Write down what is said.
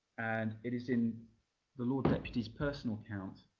and it is in the lord deputy's personal account,